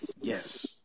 Yes